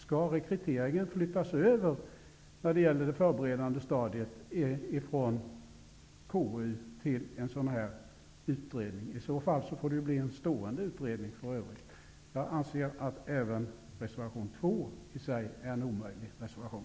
Skall rekryteringen under det förberedande stadiet flyttas över från KU till en sådan här utredning? I så fall måste det ju bli en stående utredning. Herr talman! Jag anser att även reservation 2 i sig är en omöjlig reservation.